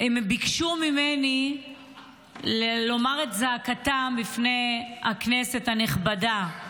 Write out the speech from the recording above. הם ביקשו ממני לומר את זעקתם בפני הכנסת הנכבדה: